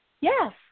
Yes